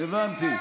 הבנתי, הבנתי.